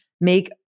make